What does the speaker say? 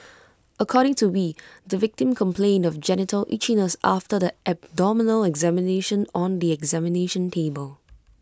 according to wee the victim complained of genital itchiness after the abdominal examination on the examination table